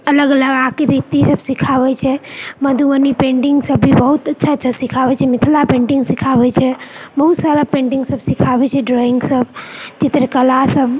अलग अलग आकृतिसभ सिखाबैत छै मधुबनी पेन्टिंगसभ भी बहुत अच्छा अच्छा सिखाबैत छै मिथिला पेन्टिंग सिखाबैत छै बहुत सारा पेन्टिंगसभ सिखाबैत छै ड्रॉइंगसभ चित्रकलासभ